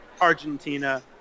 Argentina